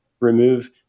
Remove